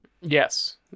Yes